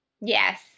Yes